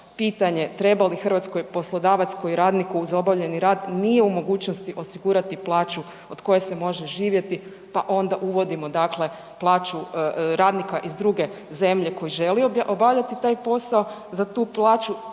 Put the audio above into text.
pitanje, treba li Hrvatskoj poslodavac koji radniku uz obavljeni rad nije u mogućnosti osigurati plaću od koje se može živjeti, pa onda uvodimo dakle plaću radnika iz druge zemlje koji želi obavljati taj posao, za tu plaću